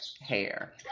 hair